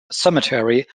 cemetery